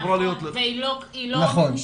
והיא לא נגישה.